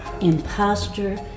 imposter